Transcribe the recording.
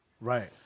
Right